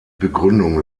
begründung